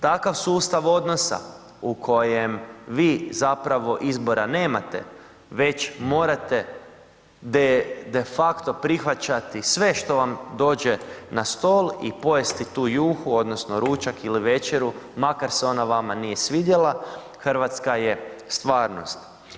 Takav sustav odnosa u kojem vi zapravo izbora nemate već morate de facto prihvaćati sve što vam dođe na stol i pojesti tu juhu, odnosno ručak ili večeru makar se ona vama nije svidjela hrvatska je stvarnost.